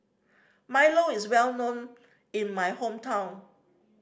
milo is well known in my hometown